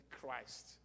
Christ